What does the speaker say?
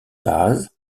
base